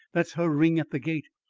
there's her ring at the gate.